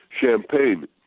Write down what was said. Champagne